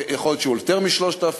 יכול להיות שיותר מ-3,000.